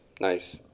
Nice